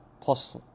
plus